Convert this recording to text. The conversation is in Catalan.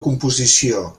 composició